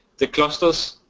the clusters,